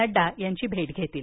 नड्डा यांची भेट घेतील